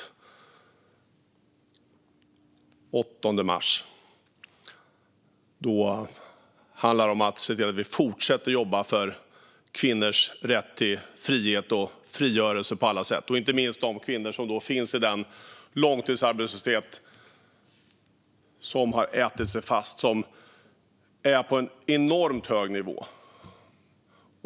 Datumet den 8 mars handlar om att vi ska fortsätta att jobba för kvinnors rätt till frihet och frigörelse på alla sätt. Inte minst gäller detta de kvinnor som finns i den långtidsarbetslöshet som har ätit sig fast, som är på en enormt hög nivå.